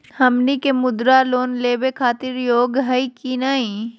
हमनी के मुद्रा लोन लेवे खातीर योग्य हई की नही?